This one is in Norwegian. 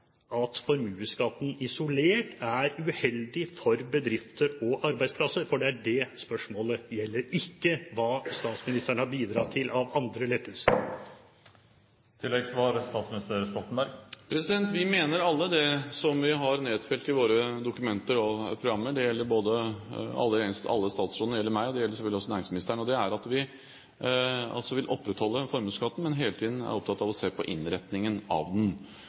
arbeidsplasser? For det er det spørsmålet gjelder, ikke hva statsministeren har bidratt til av andre lettelser. Vi mener alle det som vi har nedfelt i våre dokumenter og programmer – det gjelder alle statsrådene, det gjelder meg, og det gjelder selvfølgelig også næringsministeren – om at vi vil opprettholde formuesskatten, men hele tiden er opptatt av å se på innretningen av den.